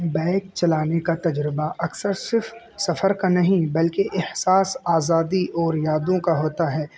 bike چلانے کا تجربہ اکثر صرف سفر کا نہیں بلکہ احساس آزادی اور یادوں کا ہوتا ہے